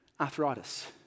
arthritis